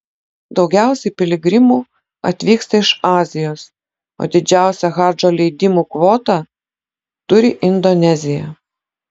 daugiausiai piligrimų atvyksta iš azijos o didžiausia hadžo leidimų kvotą turi indonezija